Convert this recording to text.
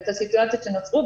ואת הסיטואציות שנוצרו,